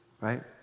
Right